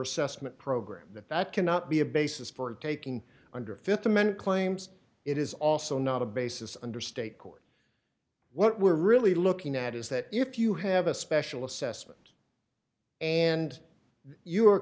assessment program that cannot be a basis for taking under fifty men claims it is also not a basis under state court what we're really looking at is that if you have a special assessment and you are